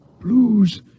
blues